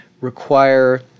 require